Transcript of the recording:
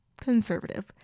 conservative